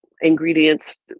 ingredients